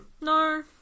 no